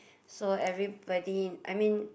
so everybody I mean